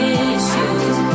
issues